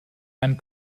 and